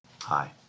Hi